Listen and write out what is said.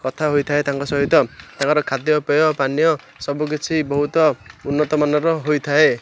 କଥା ହୋଇଥାଏ ତାଙ୍କ ସହିତ ତାଙ୍କର ଖାଦ୍ୟପେୟ ପାନୀୟ ସବୁ କିିଛି ବହୁତ ଉନ୍ନତମାନର ହୋଇଥାଏ